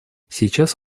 сейчас